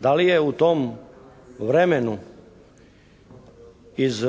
Da li je u tom vremenu iz